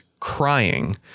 crying